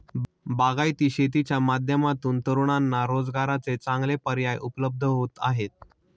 बागायती शेतीच्या माध्यमातून तरुणांना रोजगाराचे चांगले पर्याय उपलब्ध होत आहेत